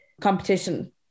competition